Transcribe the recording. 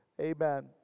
Amen